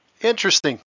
Interesting